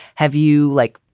have you, like,